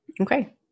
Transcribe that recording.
okay